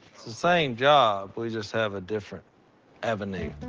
it's the same job. we just have a different avenue.